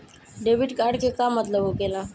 Debit card के का मतलब होकेला?